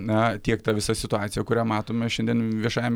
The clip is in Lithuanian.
na tiek ta visa situacija kurią matome šiandien viešajame